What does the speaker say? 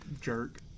jerk